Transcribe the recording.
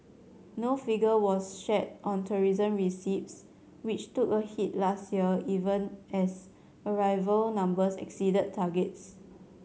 no figure was shared on tourism receipts which took a hit last year even as arrival numbers exceeded targets